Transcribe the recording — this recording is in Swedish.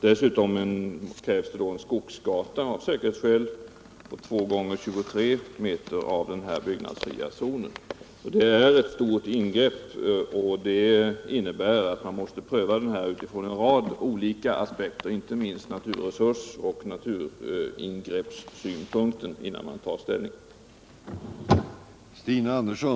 Dessutom krävs det i den byggnadsfria zonen av säkerhetsskäl en skogsgata på 2 x 23 m. Detta är ett stort ingrepp, som innebär att man måste se frågan ur en rad olika aspekter, innan man tar ställning. Inte minst måste man ta hänsyn till naturresurserna och naturingreppen.